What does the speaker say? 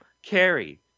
carry